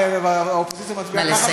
והאופוזיציה מצביעה ככה,